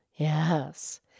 Yes